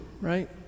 right